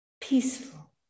peaceful